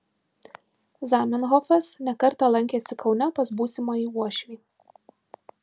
zamenhofas ne kartą lankėsi kaune pas būsimąjį uošvį